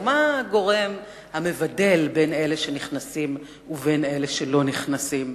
ומה הגורם המבדל בין אלה שנכנסים ובין אלה שלא נכנסים?